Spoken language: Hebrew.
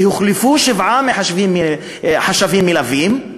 והוחלפו שבעה חשבים מלווים.